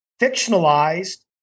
fictionalized